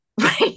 Right